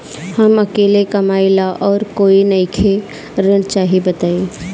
हम अकेले कमाई ला और कोई नइखे ऋण चाही बताई?